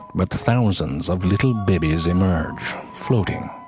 but thousands of little babies emerge floating,